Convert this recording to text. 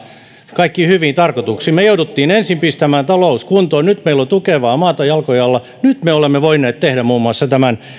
kaikkiin hyviin tarkoituksiin me jouduimme ensin pistämään talouden kuntoon nyt meillä on tukevaa maata jalkojen alla nyt me olemme voineet tehdä muun muassa tämän